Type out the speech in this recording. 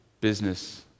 business